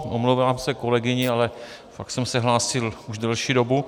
Omlouvám se kolegyni, ale fakt jsem se hlásil už delší dobu.